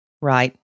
Right